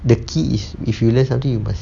the key is if you learn something you must